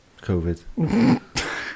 COVID